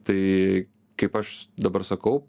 tai kaip aš dabar sakau